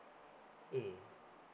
mm